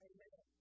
Amen